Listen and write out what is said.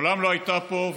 מעולם לא הייתה פה.